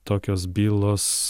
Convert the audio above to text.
tokios bylos